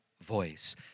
voice